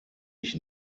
ich